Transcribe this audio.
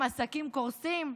עסקים קורסים?